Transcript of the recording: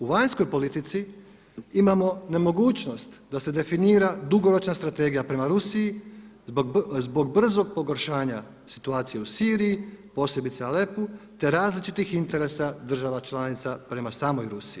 U vanjskoj politici imamo nemogućnost da se definira dugoročna strategija prema Rusiji zbog brzog pogoršanja situacije u Siriji posebice Alepu te različitih interesa država članica prema samoj Rusiji.